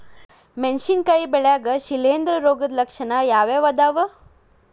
ಮೆಣಸಿನಕಾಯಿ ಬೆಳ್ಯಾಗ್ ಶಿಲೇಂಧ್ರ ರೋಗದ ಲಕ್ಷಣ ಯಾವ್ಯಾವ್ ಅದಾವ್?